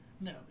No